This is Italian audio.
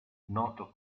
noto